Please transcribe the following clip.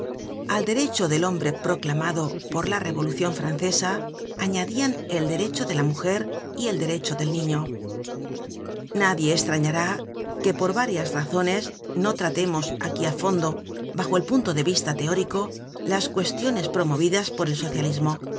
al derecho del hombre proclamado por la revolucion francesa añadian el derecho de la mujer y el derecho del niño nadie estrañará que por varias razones no tratemos aquí á fondo bajo el punto de vista teórico las cuestiones promovidas por el socialismo